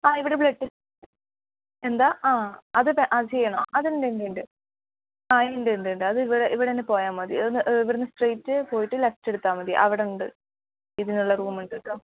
ആ ഇവിടെ blood test എന്താ ആ അത് അ ചെയ്യണം അത് ഉണ്ട് ഉണ്ട് ആ ഉണ്ട് ഉണ്ട് അത് ഇവിടെ തന്നെ പോയാൽ മതി അത് ഇവിടുന്ന് പോയിട്ട് ലെഫ്റ്റ് എടുത്താൽ മതി അവിടെ ഉണ്ട് ഇതിനുള്ള റൂം ഉണ്ട് കേട്ടോ